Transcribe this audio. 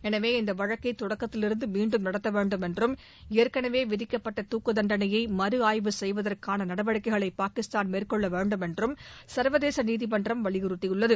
எனவே இந்த வழக்கை தொடக்கத்திலிருந்து மீண்டும் நடத்தவேண்டும் என்றும் ஏற்கனவே விதிக்கப்பட்ட துக்கு தண்டணையை மறு ஆய்வு செய்வதற்கான நடவடிக்கைகளை பாகிஸ்தான் மேற்கொள்ளவேண்டும் என்றும் சர்வதேச நீதிமன்றம் வலியுறுத்தியுள்ளது